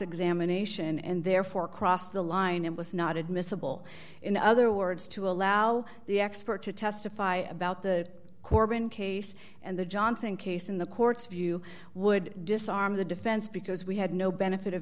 examination and therefore crossed the line it was not admissible in other words to allow the expert to testify about the korban case and the johnson case in the court's view would disarm the defense because we had no benefit of